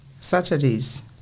Saturdays